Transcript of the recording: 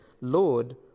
Lord